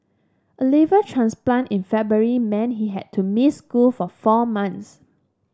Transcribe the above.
a liver transplant in February meant he had to miss school for four months